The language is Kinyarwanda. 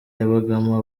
yabagamo